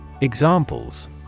Examples